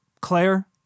Claire